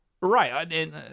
Right